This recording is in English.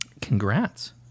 Congrats